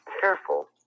careful